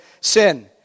sin